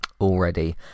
already